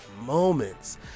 moments